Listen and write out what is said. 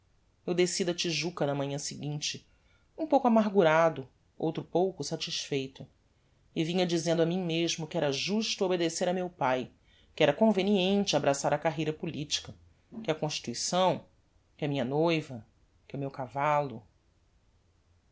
eu desci da tijuca na manhã seguinte um pouco amargurado outro pouco satisfeito e vinha dizendo a mim mesmo que era justo obedecer a meu pae que era conveniente abraçar a carreira politica que a constituição que a minha noiva que o meu cavallo